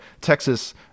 Texas